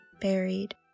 buried